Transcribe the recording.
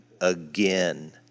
again